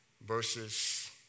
verses